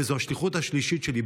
וזו השליחות השלישית שלי,